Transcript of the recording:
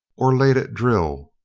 or late at drill,